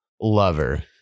Lover